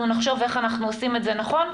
נחשוב איך אנחנו עושים את זה נכון.